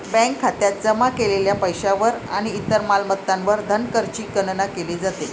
bank खात्यात जमा केलेल्या पैशावर आणि इतर मालमत्तांवर धनकरची गणना केली जाते